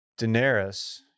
Daenerys